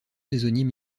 saisonniers